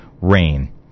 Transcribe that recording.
rain